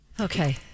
Okay